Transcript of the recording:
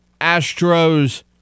Astros